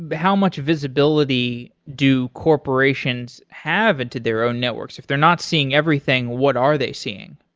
but how much visibility do corporations have into their own networks? if they're not seeing everything, what are they seeing?